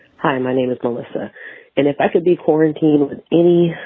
hi, my name is melissa. and if i could be quarantine of and any